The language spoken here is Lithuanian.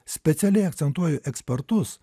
specialiai akcentuoju ekspertus